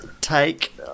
take